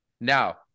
Now